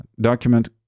document